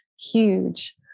huge